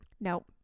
Nope